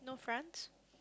France